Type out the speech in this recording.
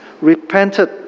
repented